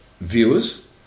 viewers